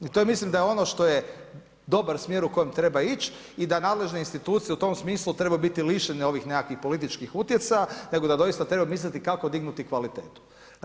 I to je mislim da je ono što je dobar smjer u kojem treba ić i da nadležne institucije u tom smislu trebaju biti lišene ovih nekakvih političkih utjecaja nego da doista trebaju misliti kako dignuti kvalitetu.